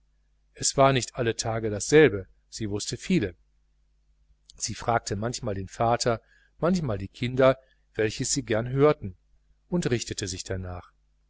es war nicht alle tage dasselbe sie wußte viele sie fragte manchmal den vater manchmal die kinder welches sie gerne hörten und richtete sich darnach